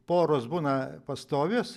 poros būna pastovios